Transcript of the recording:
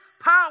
power